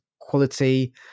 quality